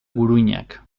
guruinak